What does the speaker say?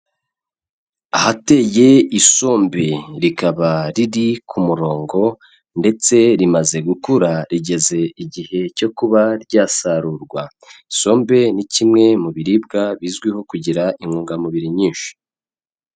Ahateye isombe rikaba riri ku murongo ndetse rimaze gukura rigeze igihe cyo kuba ryasarurwa, isombe ni kimwe mu biribwa bizwiho kugira intungamubiri nyinshi.